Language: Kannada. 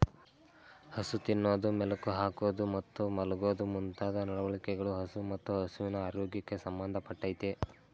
ಹಸು ತಿನ್ನೋದು ಮೆಲುಕು ಹಾಕೋದು ಮತ್ತು ಮಲ್ಗೋದು ಮುಂತಾದ ನಡವಳಿಕೆಗಳು ಹಸು ಮತ್ತು ಹಸುವಿನ ಆರೋಗ್ಯಕ್ಕೆ ಸಂಬಂಧ ಪಟ್ಟಯ್ತೆ